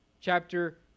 chapter